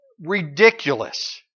Ridiculous